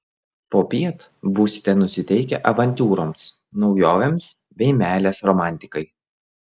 popiet būsite nusiteikę avantiūroms naujovėms bei meilės romantikai